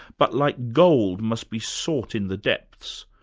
but like gold, must be sought in the depths.